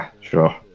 sure